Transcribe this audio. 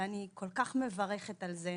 ואני כל כך מברכת על זה.